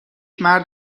مرد